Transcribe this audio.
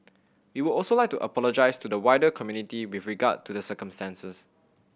we would also like to apologise to the wider community with regard to the circumstances